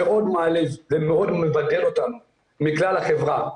שמאוד מעליב ומאוד מבדל אותנו מכלל החברה,